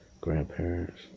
grandparents